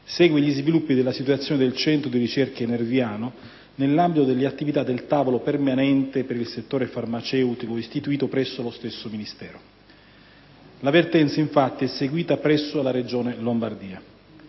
segue gli sviluppi della situazione del centro di ricerche Nerviano Medical Sciences nell'ambito delle attività del tavolo permanente per il settore farmaceutico istituito presso lo stesso Ministero. La vertenza infatti è seguita presso la Regione Lombardia.